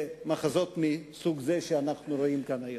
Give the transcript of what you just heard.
במחזות מסוג זה שאנחנו רואים כאן היום.